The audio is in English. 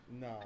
No